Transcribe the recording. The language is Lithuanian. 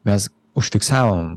mes užfiksavom